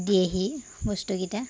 দিয়েহি বস্তুকেইটা